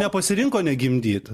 nepasirinko negimdyt